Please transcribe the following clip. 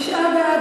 תשעה בעד,